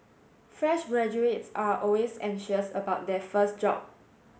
fresh graduates are always anxious about their first job